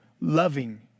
loving